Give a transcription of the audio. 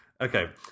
okay